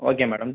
okay madam